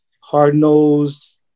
hard-nosed